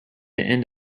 end